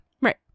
right